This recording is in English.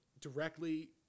directly